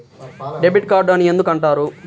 Debit card అని ఎందుకు అంటారు?